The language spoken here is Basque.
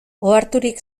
oharturik